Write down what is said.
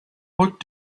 what